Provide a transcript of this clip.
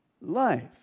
life